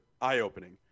eye-opening